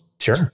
Sure